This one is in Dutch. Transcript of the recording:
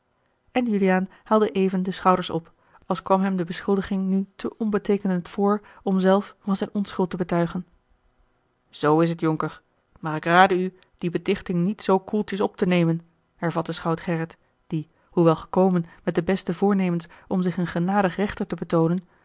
en juliaan haalde even de schouders op als kwam hem de beschuldiging nu te onbeteekenend voor om zelf van zijne onschuld te betuigen a l g bosboom-toussaint de delftsche wonderdokter eel oo is het jonker maar ik rade u die betichting niet zoo koeltjes op te nemen hervatte schout gerrit die hoewel gekomen met de beste voornemens om zich een genadig rechter te betoonen